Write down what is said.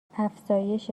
افزایش